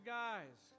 guys